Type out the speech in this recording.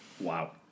Wow